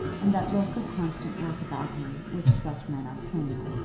and that look of constant work about him which such men obtain.